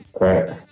Right